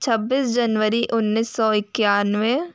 छब्बीस जनवरी उन्नीस सौ इक्यानवे